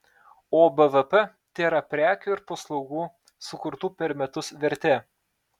o bvp tėra prekių ir paslaugų sukurtų per metus vertė